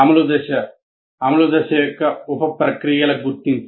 అమలు దశ అమలు దశ యొక్క ఉప ప్రక్రియల గుర్తింపు